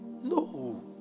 no